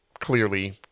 Clearly